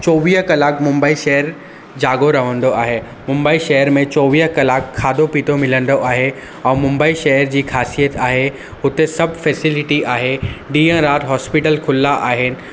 चोवीह कलाक मुंबई शहर जाॻियो रहंदो आहे मुंबई शहर में चोवीह कलाक खाधो पीतो मिलंदो आहे ऐं मुंबई शहर जी ख़ासियत आहे उते सभु फेसेलिटी आहे ॾींहं राति हॉस्पीटल खुला आहिनि